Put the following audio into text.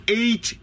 eight